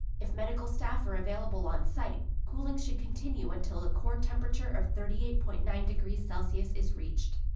if medical staff are available on site, cooling should continue until a core temperature of thirty eight point nine degrees celsius is reached.